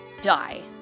die